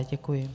Děkuji.